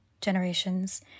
generations